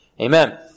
Amen